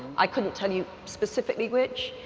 i couldn't tell you specifically which,